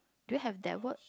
do you have that word